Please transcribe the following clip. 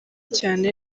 cyane